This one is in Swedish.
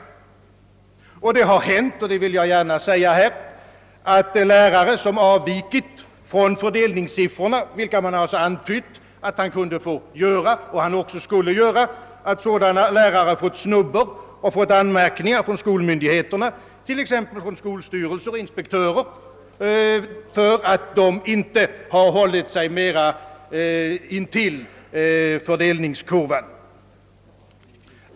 Det har hänt, att lärare, som avvikit från fördelningssiffrorna — vilket man alltså har antytt att de kunde och i vissa fall skulle göra — fått snubbor och anmärkningar från skolmyndigheterna, t.ex. skolstyrelser och inspektörer, för att de inte har hållit sig till fördelningskurvan.